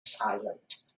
silent